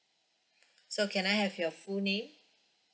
so can I have your full name